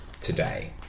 today